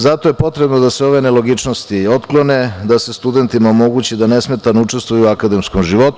Zato je potrebno da se ove nelogičnosti otklone, da se studentima omogući da nesmetano učestvuju u akademskom životu.